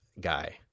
guy